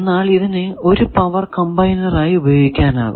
എന്നാൽ ഇതിനെ ഒരു പവർ കമ്പൈനർ ആയി ഉപയോഗിക്കാനാകും